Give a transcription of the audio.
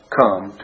come